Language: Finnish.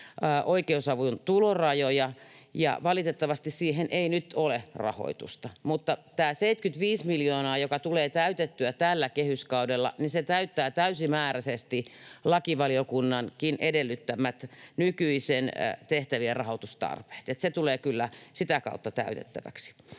oikeusavun tulorajoja. Valitettavasti siihen ei nyt ole rahoitusta, mutta tämä 75 miljoonaa, joka tulee täytettyä tällä kehyskaudella, täyttää täysimääräisesti lakivaliokunnankin edellyttämät nykyisten tehtävien rahoitustarpeet, niin että se tulee kyllä sitä kautta täytettäväksi.